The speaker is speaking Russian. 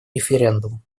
референдум